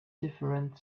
different